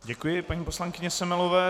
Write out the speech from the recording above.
Děkuji paní poslankyni Semelové.